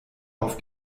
auf